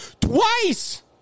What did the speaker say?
Twice